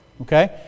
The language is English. okay